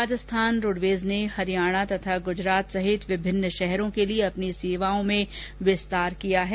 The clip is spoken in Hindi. राजस्थान रोडवेज ने हरियाणा तथा गुजरात सहित विभिन्न शहरों के लिए अपनी सेवाओं में विस्तार किया है